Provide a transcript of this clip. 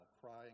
crying